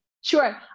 Sure